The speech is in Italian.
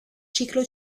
ciclo